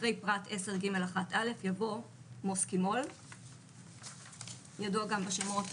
אחרי פרט 10 ג1א יבוא: 10ג2. מוקסימולmuscimol אוקי אנחנו מצביעים על